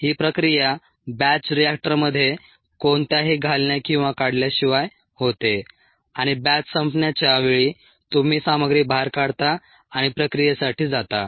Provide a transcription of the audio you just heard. ही प्रक्रिया बॅच रिएक्टरमध्ये कोणत्याही घालण्या किंवा काढल्याशिवाय होते आणि बॅच संपण्याच्या वेळी तुम्ही सामग्री बाहेर काढता आणि प्रक्रियेसाठी जाता